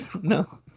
No